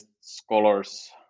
scholars